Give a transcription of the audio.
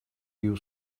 you